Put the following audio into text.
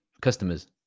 customers